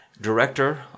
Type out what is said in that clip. director